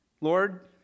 Lord